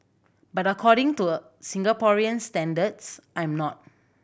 but according to a Singaporean standards I'm not